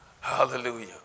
Hallelujah